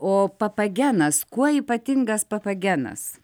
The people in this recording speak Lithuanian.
o papagenas kuo ypatingas papagenas